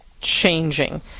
changing